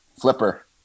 flipper